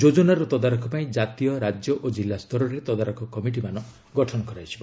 ଯୋଜନାର ତଦାରଖ ପାଇଁ ଜାତୀୟ ରାଜ୍ୟ ଓ ଜିଲ୍ଲା ସ୍ତରରେ ତଦାରଖ କମିଟିମାନ ଗଠନ କରାଯିବ